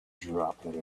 droplet